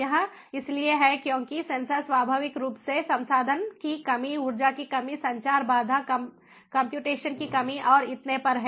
यह इसलिए है क्योंकि सेंसर स्वाभाविक रूप से संसाधन की कमी ऊर्जा की कमी संचार बाधाकंप्यूटेशन की कमी और इतने पर हैं